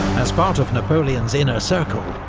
as part of napoleon's inner circle,